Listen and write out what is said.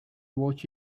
watch